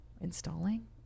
Installing